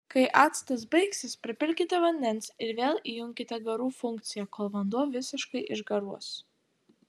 kai actas baigsis pripilkite vandens ir vėl įjunkite garų funkciją kol vanduo visiškai išgaruos